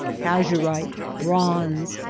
azurite, bronze,